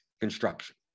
construction